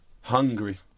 Hungry